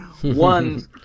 One